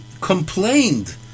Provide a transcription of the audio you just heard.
complained